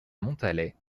montalet